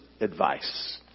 advice